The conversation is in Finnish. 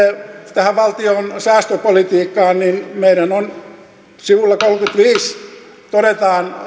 tähän valtion säästöpolitiikkaan niin sivulla kolmeenkymmeneenviiteen todetaan